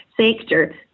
sector